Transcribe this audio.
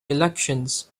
elections